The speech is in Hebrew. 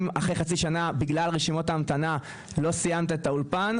אם אחרי חצי שנה בגלל רשימת המתנה לא סיימת את האולפן,